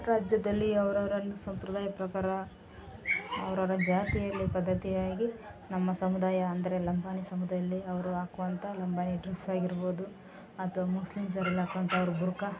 ರಾಜ್ಯದಲ್ಲಿ ಅವ್ರವ್ರನ್ನು ಸಂಪ್ರದಾಯ ಪ್ರಕಾರ ಅವ್ರವರ ಜಾತಿಯಲ್ಲಿ ಪದ್ದತಿಯಾಗಿ ನಮ್ಮ ಸಮುದಾಯ ಅಂದರೆ ಲಂಬಾಣಿ ಸಮುದಾಯಲ್ಲಿ ಅವರು ಹಾಕುವಂಥ ಲಂಬಾಣಿ ಡ್ರೆಸ್ ಆಗಿರ್ಬೋದು ಅಥ್ವ ಮುಸ್ಲಿಮ್ಸರೆಲ್ಲ ಹಾಕೊಂತ ಅವ್ರ ಬುರ್ಕಾ